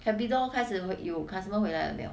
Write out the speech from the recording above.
capitol 开始有有 customer 回来了没有